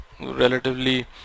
relatively